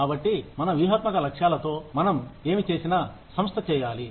కాబట్టి మన వ్యూహాత్మక లక్ష్యాలతో మనం ఏమి చేసినా సంస్థ చేయాలి